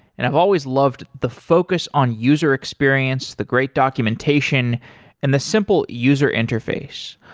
and i've always loved the focus on user experience, the great documentation and the simple user interface.